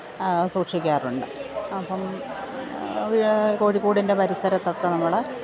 സൂക്ഷിക്കാറുണ്ട് അപ്പം കോഴിക്കൂടിൻ്റെ പരിസരത്തൊക്കെ നമ്മൾ